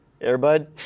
Airbud